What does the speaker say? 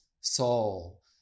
soul